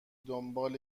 دنبال